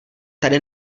tady